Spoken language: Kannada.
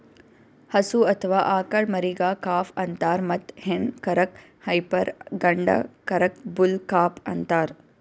ಹಸು ಅಥವಾ ಆಕಳ್ ಮರಿಗಾ ಕಾಫ್ ಅಂತಾರ್ ಮತ್ತ್ ಹೆಣ್ಣ್ ಕರಕ್ಕ್ ಹೈಪರ್ ಗಂಡ ಕರಕ್ಕ್ ಬುಲ್ ಕಾಫ್ ಅಂತಾರ್